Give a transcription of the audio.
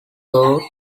thought